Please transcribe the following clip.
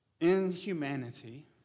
Inhumanity